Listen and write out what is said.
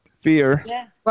Fear